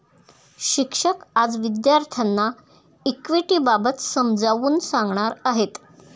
शिक्षक आज विद्यार्थ्यांना इक्विटिबाबत समजावून सांगणार आहेत